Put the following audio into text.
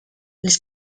les